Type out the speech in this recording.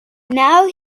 now